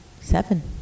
Seven